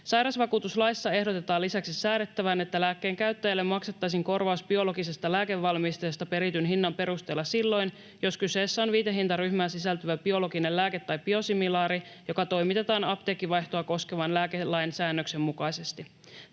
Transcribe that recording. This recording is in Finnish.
Sairausvakuutuslaissa ehdotetaan lisäksi säädettävän, että lääkkeen käyttäjälle maksettaisiin korvaus biologisesta lääkevalmisteesta perityn hinnan perusteella silloin, jos kyseessä on viitehintaryhmään sisältyvä biologinen lääke tai biosimilaari, joka toimitetaan apteekkivaihtoa koskevan lääkelain säännöksen mukaisesti.